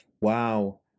Wow